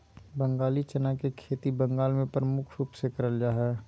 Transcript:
बंगाली चना के खेती बंगाल मे प्रमुख रूप से करल जा हय